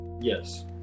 Yes